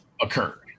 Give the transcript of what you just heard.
occurred